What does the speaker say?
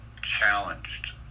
challenged